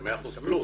זה 100 אחוזים פלוס.